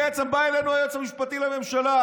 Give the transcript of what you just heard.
בעצם בא אלינו היועץ המשפטי לממשלה,